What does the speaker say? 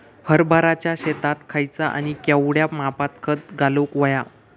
हरभराच्या शेतात खयचा आणि केवढया मापात खत घालुक व्हया?